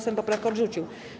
Sejm poprawkę odrzucił.